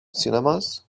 cinemas